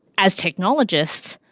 as technologist,